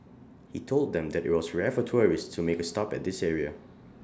he told them that IT was rare for tourists to make A stop at this area